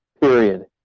Period